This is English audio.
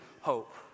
hope